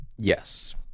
Yes